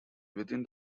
within